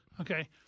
Okay